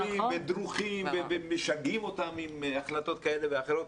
הם כל הזמן יושבים והם דרושים ומשגעים אותם עם החלטות כאלה ואחרות.